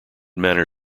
manor